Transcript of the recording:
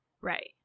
right